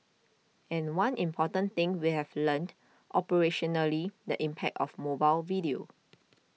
and one important thing we have learnt operationally the impact of mobile video